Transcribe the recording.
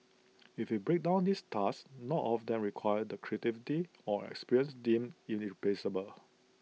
if we break down these tasks not all of them require the creativity or experience deemed irreplaceable